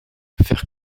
faire